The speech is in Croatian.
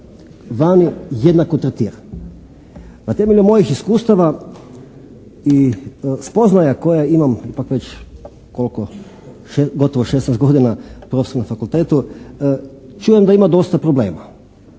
vani jednako tretiran. Na temelju mojih iskustava i spoznaja koje imam ipak već koliko, gotovo 16 godina profesor na fakultetu, čujem da ima dosta problema.